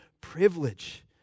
privilege